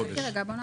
חכי רגע.